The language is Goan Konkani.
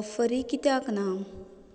ऑफरी कित्याक ना